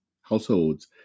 Households